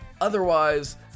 Otherwise